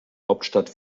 hauptstadt